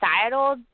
societal